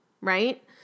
right